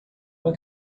uma